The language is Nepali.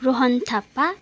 रोहण थापा